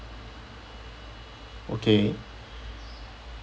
okay